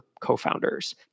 co-founders